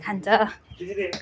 खान्छ